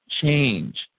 change